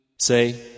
Say